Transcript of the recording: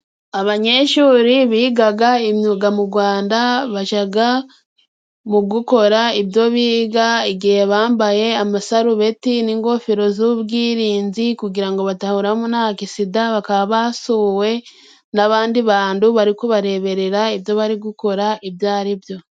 Abanyeshuri biga imyuga mu Rwanda, bajya mu gukora ibyo biga igihe bambaye amasarubeti n'ingofero z'ubwirinzi, kugira ngo badahuriramo na agisida, bakaba basuwe n'abandi bantu bari kubareberera ibyo bari gukora ibyo aribyo.